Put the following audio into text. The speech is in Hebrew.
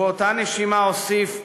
ובאותה נשימה הוסיף: